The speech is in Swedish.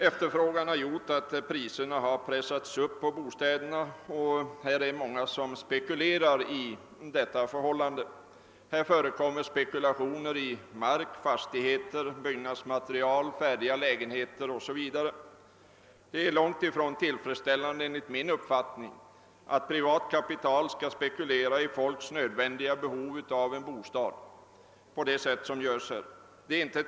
Efterfrågan har gjort att priserna på bostäder pressats upp och att det förekommer spekulation i mark, fastigheter, byggnadsmaterial, färdiga lägenheter 0. s. v. Det är enligt min uppfattning långt ifrån tillfredsställande att privat kapital spekulerar i människornas elementära behov av en bostad på det sätt som nu sker.